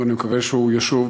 ואני מקווה שהוא ישוב,